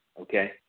okay